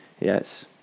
yes